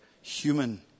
human